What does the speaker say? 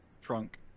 trunk